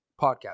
podcast